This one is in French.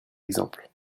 exemple